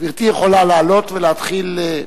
גברתי יכולה לעלות ולהתחיל.